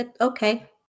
Okay